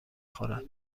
خورد